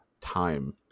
time